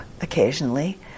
occasionally